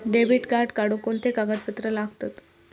Debit card काढुक कोणते कागदपत्र लागतत?